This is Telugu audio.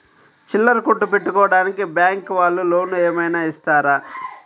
చిల్లర కొట్టు పెట్టుకోడానికి బ్యాంకు వాళ్ళు లోన్ ఏమైనా ఇస్తారా?